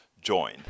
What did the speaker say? join